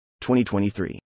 2023